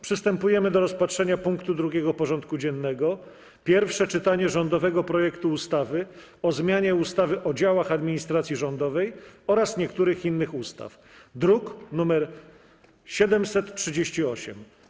Przystępujemy do rozpatrzenia punktu 2. porządku dziennego: Pierwsze czytanie rządowego projektu ustawy o zmianie ustawy o działach administracji rządowej oraz niektórych innych ustaw (druk nr 738)